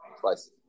Twice